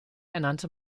ernannte